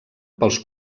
pels